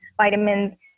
vitamins